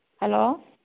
hello